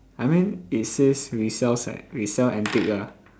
I mean it says we sells eh we sell antique ah